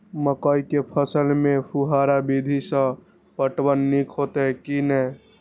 मकई के फसल में फुहारा विधि स पटवन नीक हेतै की नै?